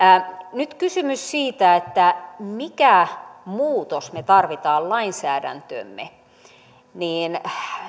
nyt kun on kysymys siitä mikä muutos tarvitaan lainsäädäntöömme niin